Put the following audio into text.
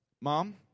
Mom